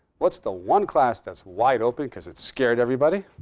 what's the one class that's wide open because it scared everybody?